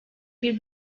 bir